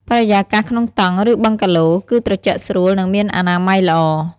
បរិយាកាសក្នុងតង់ ឬបឹងកាឡូ គឺត្រជាក់ស្រួល និងមានអនាម័យល្អ។